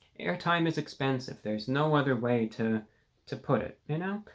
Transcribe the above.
airtime is expensive. there's no other way to to put it you know,